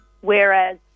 whereas